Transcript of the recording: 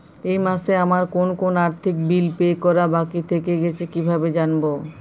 এই মাসে আমার কোন কোন আর্থিক বিল পে করা বাকী থেকে গেছে কীভাবে জানব?